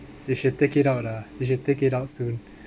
you should take it out lah you should take it out soon